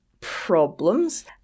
problems